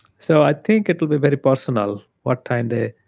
so i think it will be very personal what time they